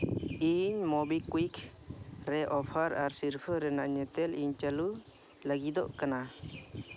ᱤᱧ ᱢᱳᱵᱤᱠᱩᱭᱤᱠ ᱨᱮ ᱚᱯᱷᱟᱨ ᱟᱨ ᱥᱤᱨᱯᱟᱹ ᱨᱮᱱᱟᱜ ᱧᱮᱛᱮᱞ ᱤᱧ ᱪᱟᱹᱞᱩ ᱞᱟᱹᱜᱤᱫᱚᱜ ᱠᱟᱱᱟ